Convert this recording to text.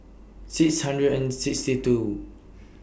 six hundred and sixty two